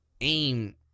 aim